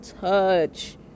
touch